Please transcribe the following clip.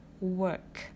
work